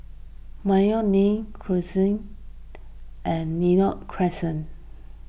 Mayo Inn Crescent and Lentor Crescent